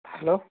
hello